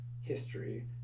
history